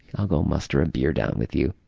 i'll go muster a beer down with you.